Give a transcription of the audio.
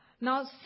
Now